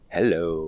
hello